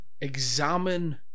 Examine